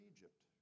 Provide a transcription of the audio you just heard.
Egypt